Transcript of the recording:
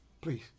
please